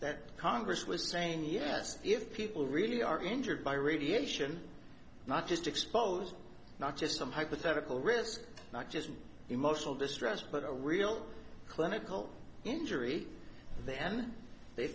that congress was saying yes if people really are injured by radiation not just exposed not just some hypothetical risk not just an emotional distress but a real clinical injury then they